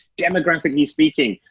demographically speaking.